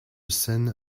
scène